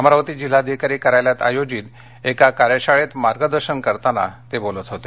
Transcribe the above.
अमरावती जिल्हाधिकारी कार्यालयात आयोजित कार्यशाळेत मार्गदर्शन करताना ते बोलत होते